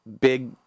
big